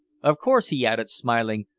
of course, he added, smiling,